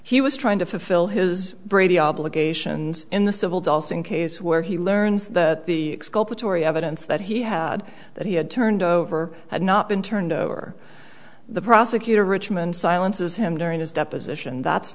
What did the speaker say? he was trying to fulfill his brady obligations in the civil case where he learns that the tory evidence that he had that he had turned over had not been turned over the prosecutor richmond silences him during his deposition that's